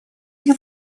его